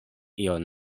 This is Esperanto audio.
ion